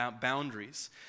boundaries